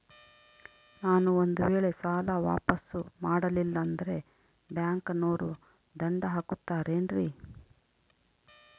ನಾನು ಒಂದು ವೇಳೆ ಸಾಲ ವಾಪಾಸ್ಸು ಮಾಡಲಿಲ್ಲಂದ್ರೆ ಬ್ಯಾಂಕನೋರು ದಂಡ ಹಾಕತ್ತಾರೇನ್ರಿ?